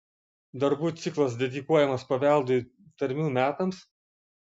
darbų ciklas dedikuojamas paveldui tarmių metams